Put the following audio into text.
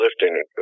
lifting